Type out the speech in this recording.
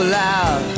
loud